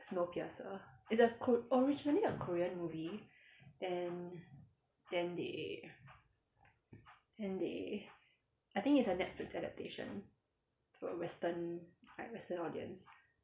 snowpiercer it's a kor~ originally a korean movie then then they then they I think it's a netflix adaptation for a western like western audience